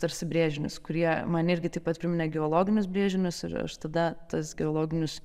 tarsi brėžinius kurie man irgi taip pat priminė geologinius brėžinius ir aš tada tas geologinius